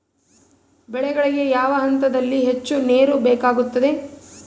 ಬೆಳೆಗಳಿಗೆ ಯಾವ ಹಂತದಲ್ಲಿ ಹೆಚ್ಚು ನೇರು ಬೇಕಾಗುತ್ತದೆ?